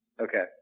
Okay